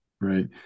right